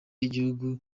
y’igihugu